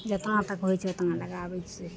जितना तक होइ छै उतना लगाबय छियै